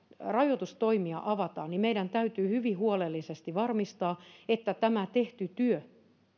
rajoitustoimia avataan meidän täytyy hyvin huolellisesti varmistaa ettei tämä tehty työ